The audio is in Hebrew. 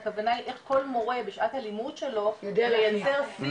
אלא הכוונה היא איך כל מורה בשעת הלימוד שלו יודע לייצר שיח